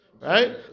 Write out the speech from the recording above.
Right